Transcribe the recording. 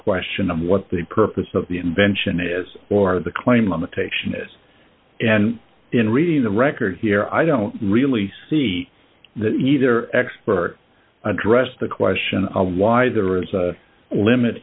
question of what the purpose of the invention is or the claim limitation is and in reading the record here i don't really see either expert addressed the question of why there is a limit